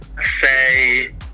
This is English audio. say